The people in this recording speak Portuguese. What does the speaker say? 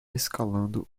escalando